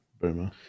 boomer